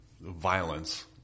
violence